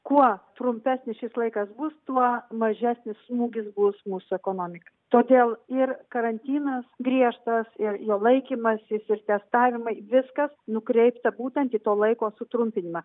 kuo trumpesnis šis laikas bus tuo mažesnis smūgis bus mūsų ekonomikai todėl ir karantinas griežtas ir jo laikymasis ir testavimai viskas nukreipta būtent į to laiko sutrumpinimą